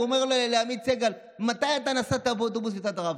הוא אומר לעמית סגל: מתי אתה נסעת באוטובוס עם רב-קו?